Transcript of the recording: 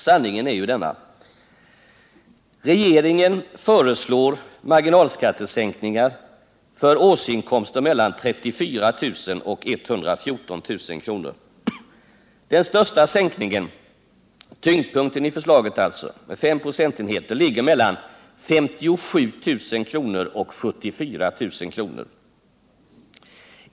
Sanningen är ju denna: Regeringen föreslår marginalskattesänkningar för årsinkomster mellan 34 000 och 114 000 kr. Den största sänkningen, med 5 procentenheter — tyngdpunkten i förslaget alltså — ligger mellan 57 000 och 74 000 kr.